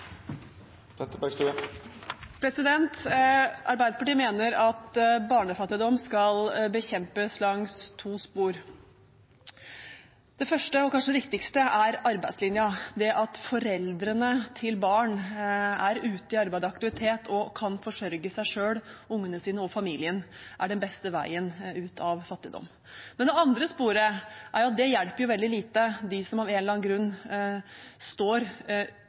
Arbeiderpartiet mener at barnefattigdom skal bekjempes langs to spor. Det første og kanskje viktigste er arbeidslinja. Det at foreldrene til barn er ute i arbeid og aktivitet og kan forsørge seg selv, barna sine og familien, er den beste veien ut av fattigdom. Men det andre sporet går ut på at det hjelper dem som av en eller annen grunn står